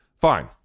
Fine